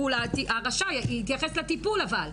ה"רשאי" התייחס לטיפול אבל.